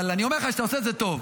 אבל אני אומר לך שאתה עושה את זה טוב.